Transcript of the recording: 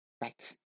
right